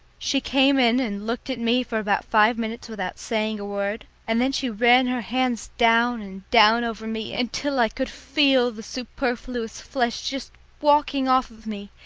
she came in and looked at me for about five minutes without saying a word, and then she ran her hands down and down over me until i could feel the superfluous flesh just walking off of me.